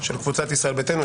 של קבוצת ישראל ביתנו?